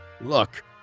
Look